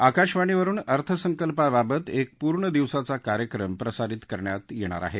आकाशवाणी वरून अर्थसंकल्पाबाबत एक पूर्ण दिवसाचा कार्यक्रम प्रसारित करण्यात येणार आहे